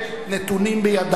נתונים בידיו.